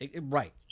Right